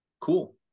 Cool